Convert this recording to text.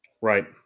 Right